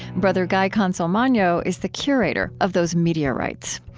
brother guy consolmagno is the curator of those meteorites.